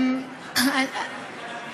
מזג האוויר.